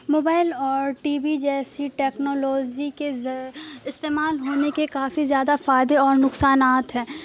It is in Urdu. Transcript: موبائل اور ٹی وی جیسی ٹکنالوجی کے استعمال ہونے کے کافی زیادہ فائدے اور نقصانات ہیں